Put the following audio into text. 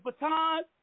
Baton